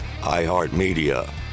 iHeartMedia